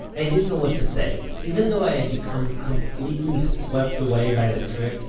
i didn't know what to say. even though i had become completely swept away by the trip,